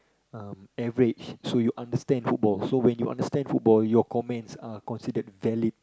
um average so you understand football so when you understand football your comments are considered valid